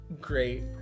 great